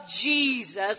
Jesus